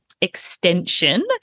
extension